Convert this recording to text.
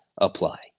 apply